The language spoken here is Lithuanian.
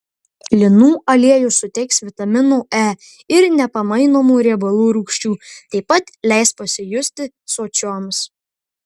linų aliejus suteiks vitamino e ir nepamainomų riebalų rūgščių taip pat leis pasijusti sočioms